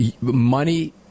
money